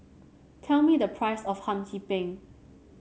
tell me the price of Hum Chim Peng